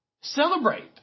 celebrate